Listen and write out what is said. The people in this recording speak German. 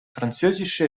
französische